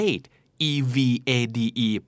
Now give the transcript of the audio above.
evade